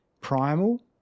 primal